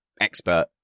expert